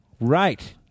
Right